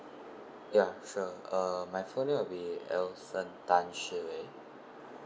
ya sure uh my full name would be elson tan shi wei